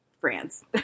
france